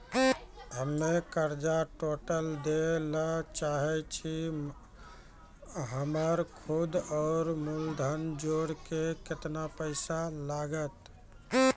हम्मे कर्जा टोटल दे ला चाहे छी हमर सुद और मूलधन जोर के केतना पैसा लागत?